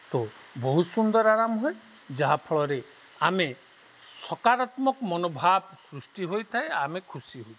ତ ବହୁତ ସୁନ୍ଦର ଆରାମ ହୁଏ ଯାହା ଫଳରେ ଆମେ ସକାରାତ୍ମକ ମନୋଭାବ ସୃଷ୍ଟି ହୋଇଥାଏ ଆମେ ଖୁସି ହେଉ